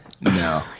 No